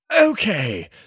Okay